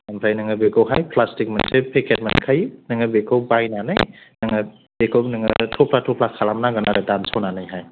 ओमफ्राय नोङो बेखौहाय प्लासथिक मोनसे फेखेट मोनखायो नोङो बेखौ बायनानै नोङो बेखौ नोङो थ'फ्ला थ'फ्ला खालाम नांगोन आरो दानस'नानै हाय